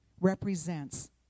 represents